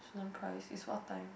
student price is what time